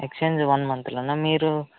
exchange one మంత్లోనా మీరు